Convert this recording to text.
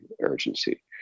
urgency